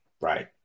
right